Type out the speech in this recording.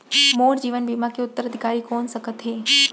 मोर जीवन बीमा के उत्तराधिकारी कोन सकत हे?